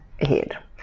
ahead